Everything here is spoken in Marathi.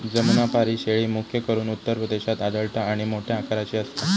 जमुनापारी शेळी, मुख्य करून उत्तर प्रदेशात आढळता आणि मोठ्या आकाराची असता